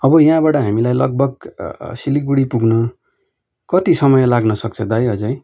अब यहाँबाट हामीलाई लगभग सिलगढी पुग्न कति समय लाग्नसक्छ दाइ अझै